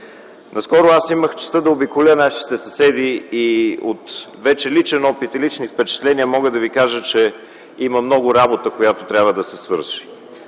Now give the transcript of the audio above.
Наскоро имах честта да обиколя нашите съседи и вече от личен опит и лични впечатления мога да ви кажа, че има много работа, която трябва да се свърши.